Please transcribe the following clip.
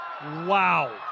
Wow